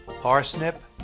parsnip